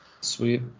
Sweet